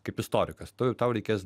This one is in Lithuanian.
kaip istorikas tu tau reikės